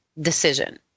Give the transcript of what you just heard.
decision